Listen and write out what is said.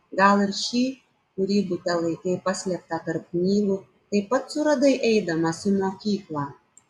gal ir šį kurį bute laikei paslėptą tarp knygų taip pat suradai eidamas į mokyklą